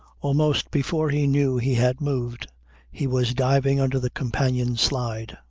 almost before he knew he had moved he was diving under the companion slide.